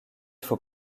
faut